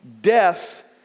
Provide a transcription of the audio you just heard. death